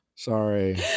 Sorry